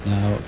Now